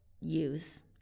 use